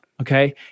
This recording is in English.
Okay